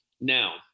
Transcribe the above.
Now